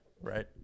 right